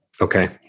Okay